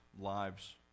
lives